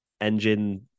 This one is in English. engine